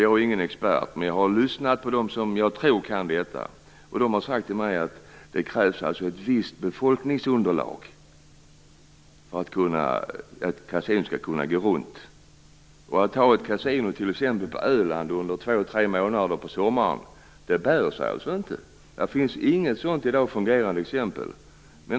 Jag är ingen expert, men jag har lyssnat på dem som jag tror kan detta. De har sagt till mig att det krävs ett visst befolkningsunderlag för att kasinon skall kunna gå runt. Att ha ett kasino t.ex. på Öland under två tre månader på sommaren bär sig inte. Det finns inget fungerande exempel att ange.